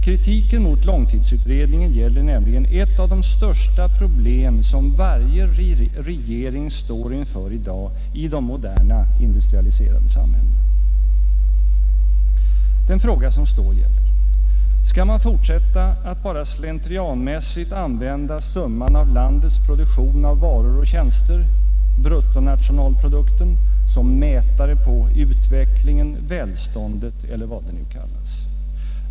Kritiken mot långtidsutredningen gäller nämligen ett av de största problem som varje regering står inför i dag i de moderna industrialiserade samhällena. Frågan gäller: skall man fortsätta att bara slentrianmässigt använda summan av landets produktion av varor och tjänster — bruttonationalprodukten — som mätare på utvecklingen, välståndet eller vad det nu kallas?